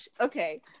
Okay